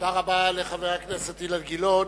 תודה רבה לחבר הכנסת אילן גילאון.